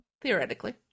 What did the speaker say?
Theoretically